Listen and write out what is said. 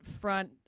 front